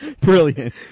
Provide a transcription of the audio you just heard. Brilliant